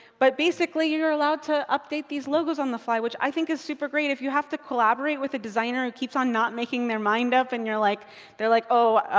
but basically you're you're allowed to update these logos on the fly, which i think is super great. if you have to collaborate with a designer who keeps on not making their mind up, and like they're like. oh,